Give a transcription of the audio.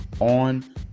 on